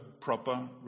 proper